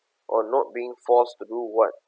or not being forced to do what